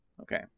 Okay